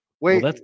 Wait